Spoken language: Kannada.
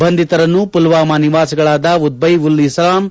ಬಂಧಿತರನ್ನು ಪುಲ್ವಾಮ ನಿವಾಸಿಗಳಾದ ಉಬೈದ್ ಉಲ್ ಇಸ್ಲಾಮ್